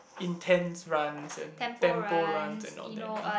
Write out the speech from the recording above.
intense runs and tempo runs and all that lah